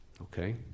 Okay